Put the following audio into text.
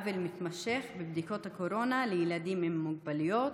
עוול מתמשך בבדיקות הקורונה לילדים עם מוגבלויות,